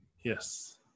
Yes